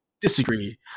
disagree